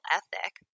ethic